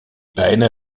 beine